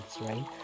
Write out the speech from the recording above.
right